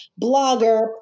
blogger